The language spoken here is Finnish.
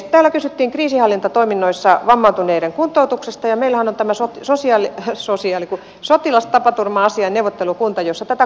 täällä kysyttiin kriisinhallintatoiminnoissa vammautuneiden kuntoutuksesta ja meillähän on tämä sotilastapaturma asiain neuvottelukunta jossa tätä kuntoutusprosessia on nyt hiottu